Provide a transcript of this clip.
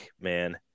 man